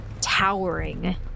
towering